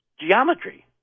geometry